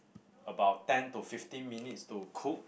about ten to fifteen minutes to cook